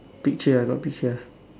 peach ya I got peach ya